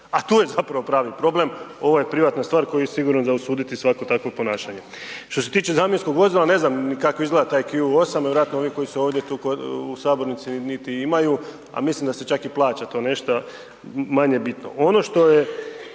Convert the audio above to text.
a tu je zapravo pravi problem. Ovo je privatna stvar i koju je sigurno za osuditi i svako takvo ponašanje. Što se tiče zamjenskog vozila, ne znam ni kako izgleda taj Q8, vjerojatno ovi koji su ovdje u sabornici niti imaju, a mislim da se čak i plaće nešto, manje bitno.